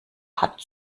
hat